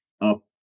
up